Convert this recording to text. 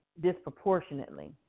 disproportionately